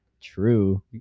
True